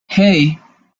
hey